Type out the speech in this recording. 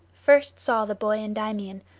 first saw the boy endymion,